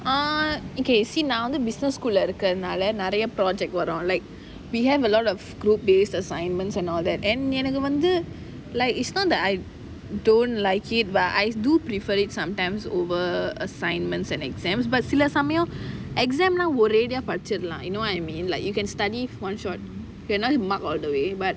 ah okay see நான் வந்து:naan vanthu business school lah இருக்குறது நாலா:irukurathu naala project வரும்:varum like we have a lot of school based assignments and all that and எனக்கு வந்து:ennaku vanthu like is not that I don't like it but I do prefer it sometimes over assignments and exams but சில சமயம்:sila samayam exam னா ஒரேயடியா படிச்சிடலாம்:naa oraeydiyaa padichidalaam lah you know what I mean like you can study one shot can just mug all the way